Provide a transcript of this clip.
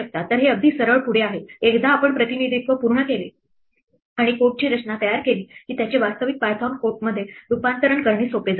तर हे अगदी सरळ पुढे आहे एकदा आपण प्रतिनिधित्व पूर्ण केले आणि कोडची रचना तयार केली की त्याचे वास्तविक पायथन कोडमध्ये रूपांतर करणे खूप सोपे आहे